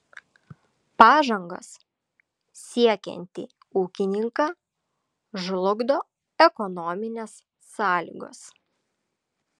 pažangos siekiantį ūkininką žlugdo ekonominės sąlygos